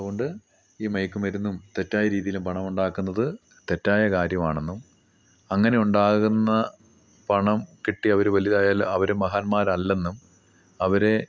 അതുകൊണ്ട് ഈ മയക്കുമരുന്നും തെറ്റായ രീതിയിലും പണം ഉണ്ടാക്കുന്നത് തെറ്റായ കാര്യമാണെന്നും അങ്ങനെ ഉണ്ടാകുന്ന പണം കിട്ടി അവർ വലുതായാൽ അവർ മഹാന്മാരല്ലെന്നും അവരെ